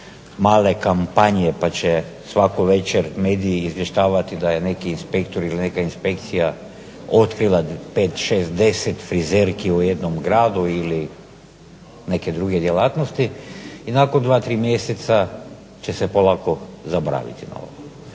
male kampanje pa će svaku večer mediji izvještavati da je neki inspektor ili neka inspekcija otkrila 5, 6, 10 frizerki u jednom gradu ili neke druge djelatnosti, i nakon 2, 3 mjeseca će se polako zaboraviti na ovo.